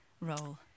role